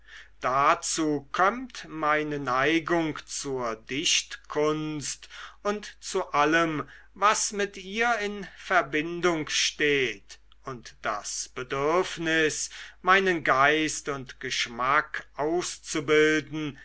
dazu kömmt meine neigung zur dichtkunst und zu allem was mit ihr in verbindung steht und das bedürfnis meinen geist und geschmack auszubilden